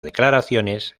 declaraciones